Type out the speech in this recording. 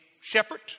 shepherd